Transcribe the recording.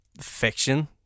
fiction